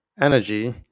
Energy